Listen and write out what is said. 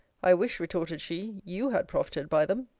i wish, retorted she, you had profited by them.